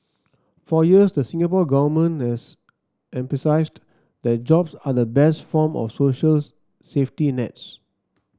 for years the Singapore Government has emphasised that jobs are the best form of social safety nets